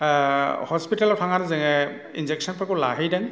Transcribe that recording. हसपिटालाव थांनानै जोङो इनजेकसनफोरखौ लाहैदों